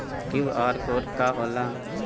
QR code का होला?